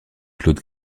claude